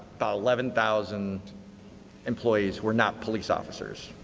about eleven thousand employees who are not police officers,